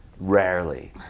rarely